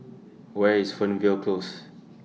Where IS Fernvale Close